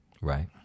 right